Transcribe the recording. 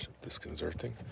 disconcerting